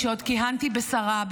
כשעוד כיהנתי כשרה,